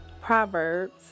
Proverbs